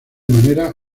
manera